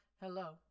Hello